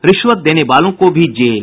रिश्वत देने वालों को भी जेल